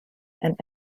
and